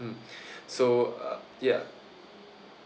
mm so uh ya